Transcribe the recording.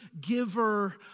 giver